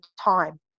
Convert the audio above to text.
time